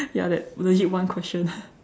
ya like legit one question